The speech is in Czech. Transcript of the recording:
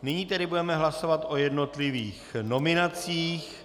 Nyní budeme hlasovat o jednotlivých nominacích.